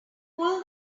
pull